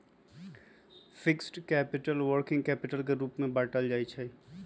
fixed capital, working capital के रूप में बाटल जाइ छइ